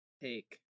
take